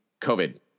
COVID